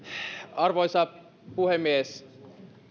arvoisa puhemies